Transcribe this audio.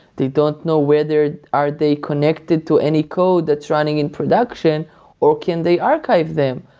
they don't know whether are they connected to any code that's running in production or can they archive them.